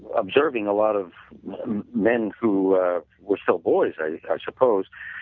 observing a lot of men who were still boys i suppose.